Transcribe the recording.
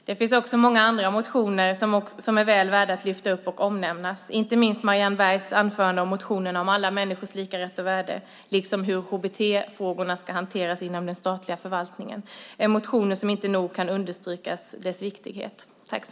Det finns många andra motioner som är värda att lyftas upp och omnämnas. Detta gäller inte minst motionerna om alla människors lika rätt och värde i Marianne Bergs anförande, liksom hur HBT-frågorna ska hanteras inom den statliga förvaltningen. Dessa motioners viktighet kan inte nog understrykas.